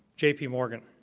jpmorgan,